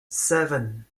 seven